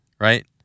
right